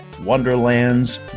Wonderland's